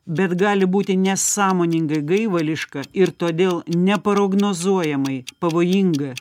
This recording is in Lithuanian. bet gali būti nesąmoningai gaivališka ir todėl neprognozuojamai pavojinga